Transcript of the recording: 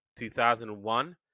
2001